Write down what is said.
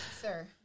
Sir